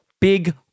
Big